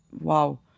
Wow